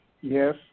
Yes